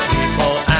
People